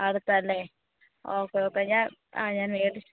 അടുത്താണ് അല്ലേ okay okay ഞാൻ ആ ഞാൻ നേരിട്ട്